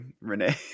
Renee